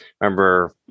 remember